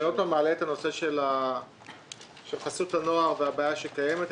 אני עוד פעם מעלה את הנושא של חסות הנוער והבעיה שקיימת.